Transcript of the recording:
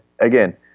again